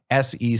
SEC